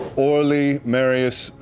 orly, marius,